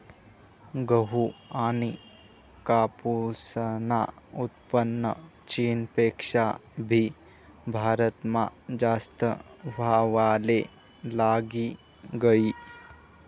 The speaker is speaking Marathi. गहू आनी कापूसनं उत्पन्न चीनपेक्षा भी भारतमा जास्त व्हवाले लागी गयी